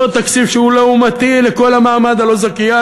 אותו תקציב שהוא לעומתי לכל המעמד הלא-זכיין,